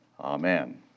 Amen